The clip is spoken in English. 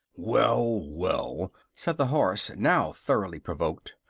well, well! said the horse, now thoroughly provoked.